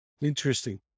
Interesting